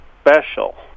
special